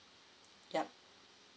yup